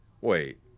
Wait